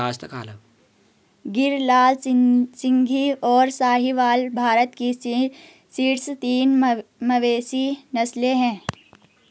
गिर, लाल सिंधी, और साहीवाल भारत की शीर्ष तीन मवेशी नस्लें हैं